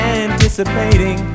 anticipating